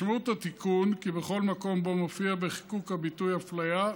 משמעות התיקון כי בכל מקום שבו מופיע בחיקוק הביטוי "הפליה"